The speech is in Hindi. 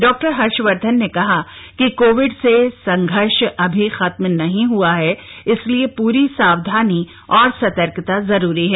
डॉ हर्ष वर्धन ने कहा कि कोविड से संघर्ष अभी खत्म नहीं हआ है इसलिए प्री सावधानी और सतर्कता जरूरी है